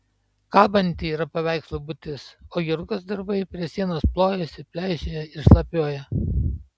kabanti yra paveikslų būtis o jurgos darbai prie sienos plojasi pleišėja ir šlapiuoja